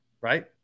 Right